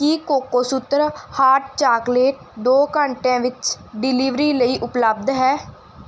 ਕੀ Cocosutra hot chocolate ਦੋ ਘੰਟਿਆਂ ਵਿੱਚ ਡਿਲੀਵਰੀ ਲਈ ਉਪਲੱਬਧ ਹੈ